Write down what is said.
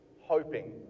hoping